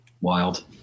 Wild